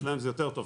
אצלם זה יותר טוב,